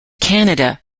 canada